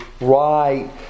right